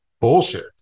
bullshit